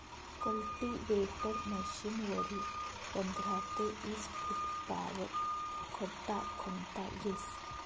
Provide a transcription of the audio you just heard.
cultivator मशीनवरी पंधरा ते ईस फुटपावत खड्डा खणता येस